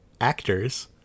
actors